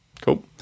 Cool